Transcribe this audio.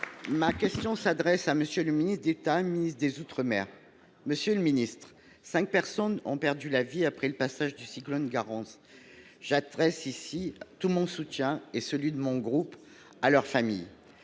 Ma question s’adresse à M. le ministre d’État, ministre des outre mer. Cinq personnes ont perdu la vie après le passage du cyclone Garance. J’adresse ici tout mon soutien et celui de mon groupe à leurs familles.